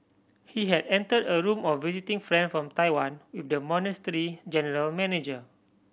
he had enter a room of visiting friend from Taiwan with the monastery's general manager